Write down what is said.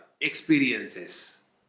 experiences